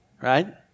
Right